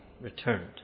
returned